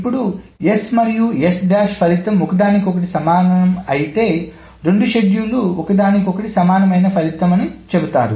ఇప్పుడు S మరియు ఫలితం ఒకదానికొకటి సమానం అయితేరెండు షెడ్యూల్లు ఒకదానికొకటి సమానమైన ఫలితమని చెబుతారు